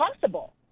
possible